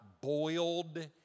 boiled